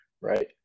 Right